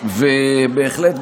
בהחלט,